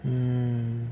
hmm